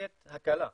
לתת הקלות